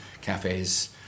cafes